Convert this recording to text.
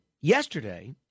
yesterday